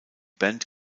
band